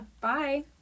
bye